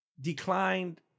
declined